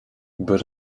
but